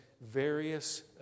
various